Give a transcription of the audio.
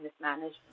mismanagement